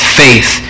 faith